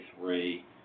three